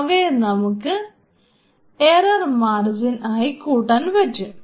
അവയെ നമുക്ക് error margin ആയി കൂട്ടാൻ പറ്റും